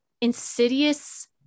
insidious